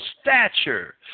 stature